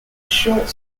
short